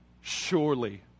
surely